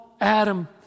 Adam